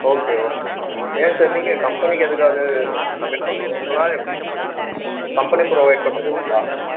okay ஓகேங்க sir rate நீங்கள் கம்பெனிக்கு எதற்காது சப்மிட் பண்ணணுங்களா எப்படி கம்பெனி ப்ரொவைட் பண்ணுதுங்களா